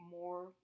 more